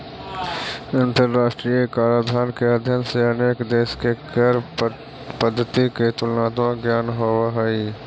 अंतरराष्ट्रीय कराधान के अध्ययन से अनेक देश के कर पद्धति के तुलनात्मक ज्ञान होवऽ हई